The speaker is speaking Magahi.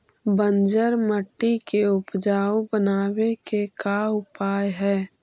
बंजर मट्टी के उपजाऊ बनाबे के का उपाय है?